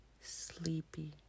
sleepy